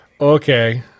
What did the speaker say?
Okay